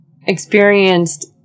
experienced